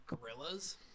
gorillas